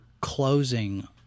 closing